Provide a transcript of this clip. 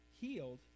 healed